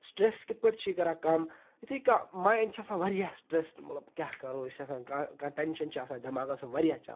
stress کِتھ پٲٹھۍ چھِ یہِ کَران کَم یُتھُے کانٛہہ ماینٛڈ چھِ آسان واریاہ سٹرٛٮ۪سڈ مطلب کیٛاہ کَرو أسۍ چھِ آسان کانٛہہ کانٛہہ ٹٮ۪نشَن چھُ آسان دٮ۪ماغَس منٛز واریاہ چَلان